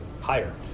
higher